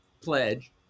pledge